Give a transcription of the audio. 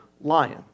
lion